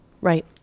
Right